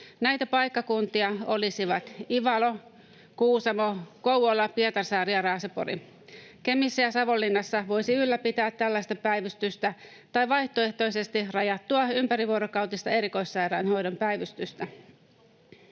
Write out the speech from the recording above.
Näitä paikkakuntia olisivat Ivalo, Kuusamo, Kouvola, Pietarsaari ja Raasepori. Kemissä ja Savonlinnassa voisi ylläpitää tällaista päivystystä tai vaihtoehtoisesti rajattua ympärivuorokautista erikoissairaanhoidon päivystystä.